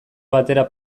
batera